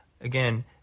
Again